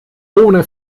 ohne